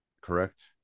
correct